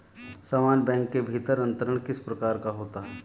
समान बैंक के भीतर अंतरण किस प्रकार का होता है?